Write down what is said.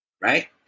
Right